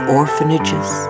orphanages